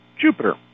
Jupiter